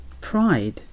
Pride